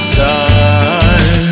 time